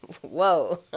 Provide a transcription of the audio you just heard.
Whoa